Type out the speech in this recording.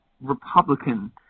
Republican